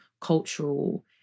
cultural